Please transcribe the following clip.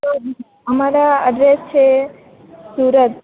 તો અમારા એડ્રેસ છે સુરત